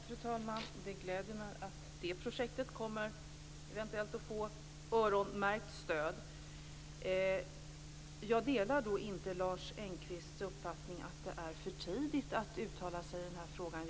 Fru talman! Det gläder mig att det projektet eventuellt kommer att få öronmärkt stöd. Jag delar inte Lars Engqvists uppfattning att det är för tidigt att uttala sig i den här frågan.